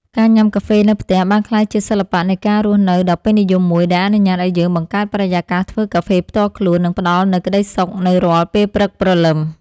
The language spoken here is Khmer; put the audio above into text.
ការញ៉ាំកាហ្វេនៅផ្ទះ បានក្លាយជាសិល្បៈនៃការរស់នៅដ៏ពេញនិយមមួយ ដែលអនុញ្ញាតឱ្យយើងបង្កើតបរិយាកាសធ្វើកាហ្វេផ្ទាល់ខ្លួន និងផ្ដល់នូវក្ដីសុខនៅរាល់ពេលព្រឹកព្រលឹម។